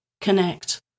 connect